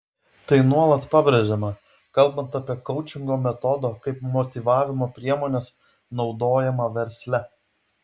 tai nuolat pabrėžiama kalbant apie koučingo metodo kaip motyvavimo priemonės naudojimą versle